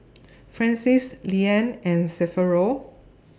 Francies Leann and Severo